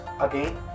Again